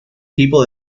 equipo